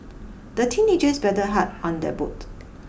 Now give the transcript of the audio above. the teenagers paddled hard on their boat